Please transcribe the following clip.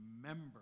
remember